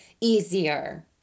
easier